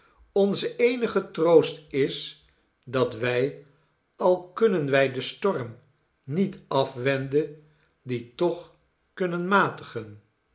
onze eenige troost is dat wij al kunnen wij den storm niet afwenden dien toch kunnen matigen